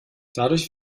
dadurch